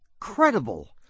credible